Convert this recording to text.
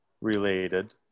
related